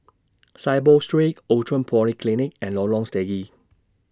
Saiboo Street Outram Polyclinic and Lorong Stangee